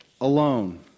alone